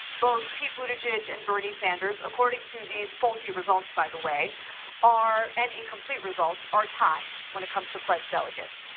both pete buttigieg and bernie sanders according to these faulty results by the way or an incomplete results, are tied when it comes to pledged delegates.